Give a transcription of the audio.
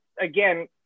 again